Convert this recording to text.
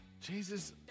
Jesus